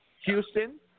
Houston